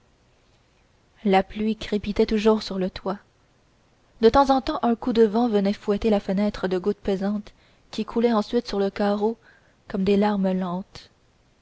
la pluie crépitait toujours sur le toit de temps en temps un coup de vent venait fouetter la fenêtre de gouttes pesantes qui coulaient ensuite sur le carreau comme des larmes lentes